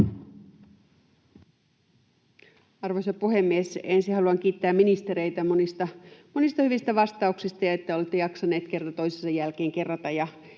Arvoisa puhemies! Ensin haluan kiittää ministereitä monista hyvistä vastauksista ja siitä, että olette jaksaneet kerta toisensa jälkeen kerrata